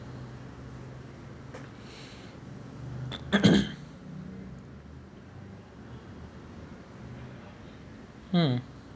mm